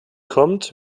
kommt